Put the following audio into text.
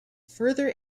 further